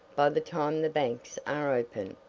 by the time the banks are open.